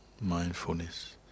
mindfulness